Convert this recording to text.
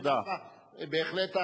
בהחלט,